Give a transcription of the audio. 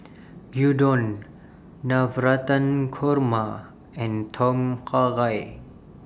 Gyudon Navratan Korma and Tom Kha Gai